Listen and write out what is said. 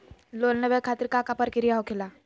Loan लेवे खातिर का का प्रक्रिया होखेला?